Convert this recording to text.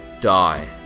die